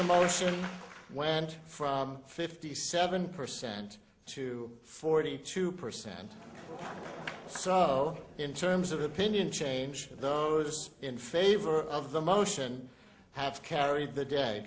motion went from fifty seven percent to forty two percent so in terms of opinion change those in favor of the motion have carried the day